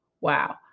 Wow